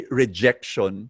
rejection